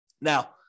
Now